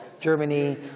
Germany